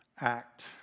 act